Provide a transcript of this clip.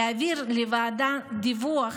ולהעביר לוועדה דיווח